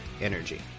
energy